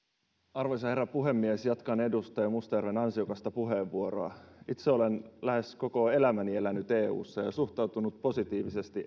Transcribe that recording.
arvoisa herra puhemies jatkan edustaja mustajärven ansiokkaasta puheenvuorosta itse olen lähes koko elämäni elänyt eussa ja suhtautunut positiivisesti